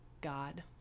God